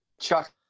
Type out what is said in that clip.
chuck